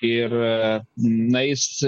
ir na jis